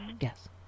Yes